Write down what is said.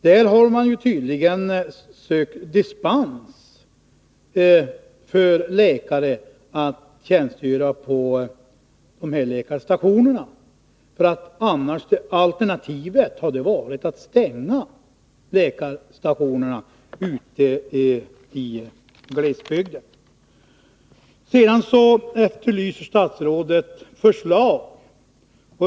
Där har man tydligen sökt dispens för läkare att tjänstgöra på läkarstationer, därför att alternativet hade varit att stänga läkarstationerna i glesbygden. Statsrådet efterlyser förslag.